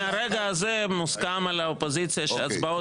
מהרגע הזה מוסכם על האופוזיציה שההצבעות